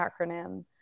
acronym